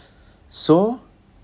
so